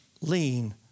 lean